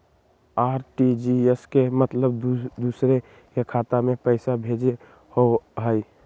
RTGS के मतलब दूसरे के खाता में पईसा भेजे होअ हई?